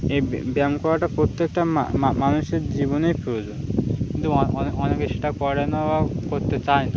এই ব্যায়াম করাটা প্রত্যেকটা মানুষের জীবনেই প্রয়োজন কিন্তু অনেকে সেটা করে না বা করতে চায় না